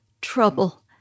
trouble